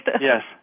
Yes